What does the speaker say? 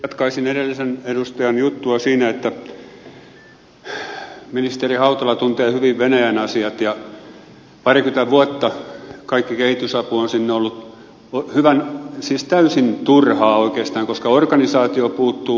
jatkaisin edellisen edustajan juttua siinä että ministeri hautala tuntee hyvin venäjän asiat ja parikymmentä vuotta kaikki kehitysapu on sinne ollut täysin turhaa oikeastaan koska organisaatio puuttuu